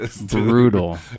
brutal